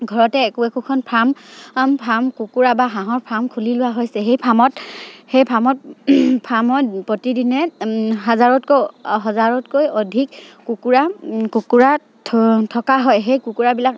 ঘৰতে একো একোখন ফাৰ্ম ফাৰ্ম কুকুৰা বা হাঁহৰ ফাৰ্ম খুলি লোৱা হৈছে সেই ফাৰ্মত সেই ফাৰ্মত ফাৰ্মত প্ৰতিদিনে হাজাৰতকৈ হজাৰতকৈ অধিক কুকুৰা কুকুৰা থ থকা হয় সেই কুকুৰাবিলাক